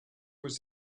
was